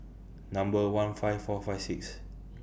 Number one five four five six